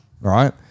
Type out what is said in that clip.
right